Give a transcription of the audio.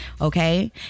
okay